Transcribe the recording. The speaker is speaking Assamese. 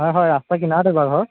হয় হয় ৰাস্তাৰ কিনাৰতে বাৰু ঘৰ